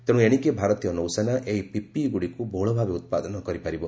ତେଣୁ ଏଣିକି ଭାରତୀୟ ନୌସେନା ଏହି ପିପିଇଗୁଡ଼ିକୁ ବହୁଳ ଭାବେ ଉତ୍ପାଦନ କରିପାରିବ